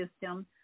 system